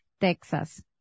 Texas